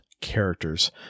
characters